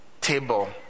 Table